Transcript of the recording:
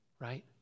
Right